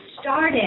started